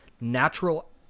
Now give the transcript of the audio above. natural